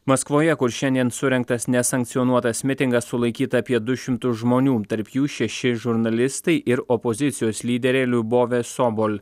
maskvoje kur šiandien surengtas nesankcionuotas mitingas sulaikyta apie du šimtus žmonių tarp jų šeši žurnalistai ir opozicijos lyderė liubovė sobol